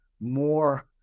more